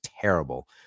terrible